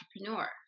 entrepreneur